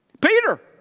Peter